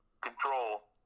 control